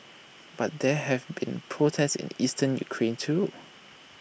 but there have been protests in eastern Ukraine too